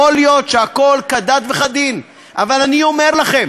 יכול להיות שהכול כדת וכדין, אבל אני אומר לכם